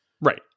Right